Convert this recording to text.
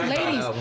Ladies